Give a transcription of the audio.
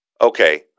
okay